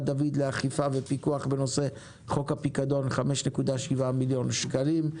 דוד לאכיפה ופיקוח בנושא חוק הפיקדון 5.7 מיליון שקלים,